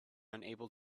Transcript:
unable